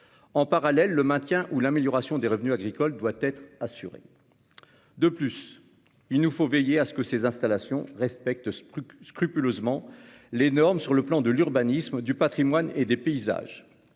En parallèle, le maintien ou l'amélioration des revenus agricoles doit être assuré. De plus, il nous faut veiller à ce que ces installations respectent scrupuleusement les normes en matière d'urbanisme, de patrimoine et de paysages.